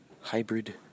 Hybrid